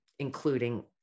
including